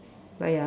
but ya